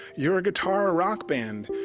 you're a guitar rock band!